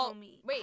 Wait